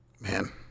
man